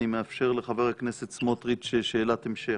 אני מאפשר לחבר הכנסת סמוטריץ' שאלת המשך.